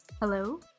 Hello